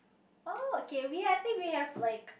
oh okay we I think we have like